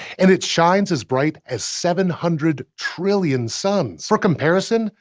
and it shines as bright as seven hundred trillion suns. for comparison,